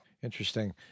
Interesting